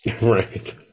Right